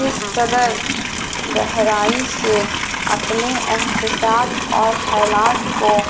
کس قدر گہرائی سے اپنے احسسات اور خیالات کو